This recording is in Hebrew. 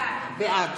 בעד